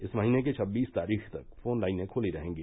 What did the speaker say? इस महीने की छब्बीस तारीख तक फोन लाइनें खुली रहेंगी